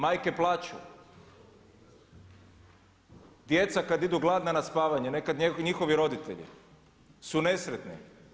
Majke plaču, djeca kada idu gladna na spavanje, nekad njihovi roditelji su nesretni.